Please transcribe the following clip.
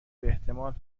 باحتمال